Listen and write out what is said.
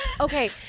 okay